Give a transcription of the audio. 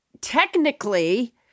technically